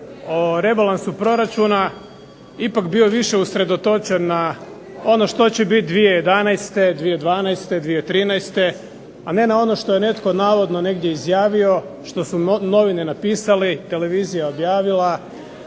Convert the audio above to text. o rebalansu proračuna, ipak bio više usredotočen na ono što će biti 2011., 2012., 2013., a ne na ono što je netko navodno negdje izjavio, što su novine napisale, televizija objavila,